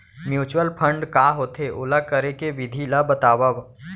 mutual fund का होथे, ओला करे के विधि ला बतावव